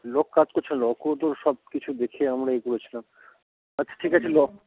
lock কাজ করছে না লকও তো সবকিছু দেখে আমরা ই করেছিলাম আচ্ছা ঠিক আছে লক